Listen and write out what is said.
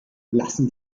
lassen